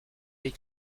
des